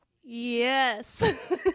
Yes